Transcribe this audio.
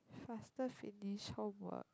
faster finish homework